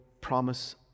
promise